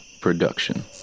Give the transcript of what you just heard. production